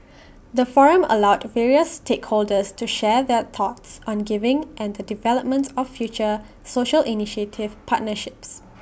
the forum allowed various stakeholders to share their thoughts on giving and the development of future social initiative partnerships